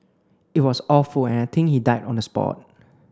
it was awful and I think he died on the spot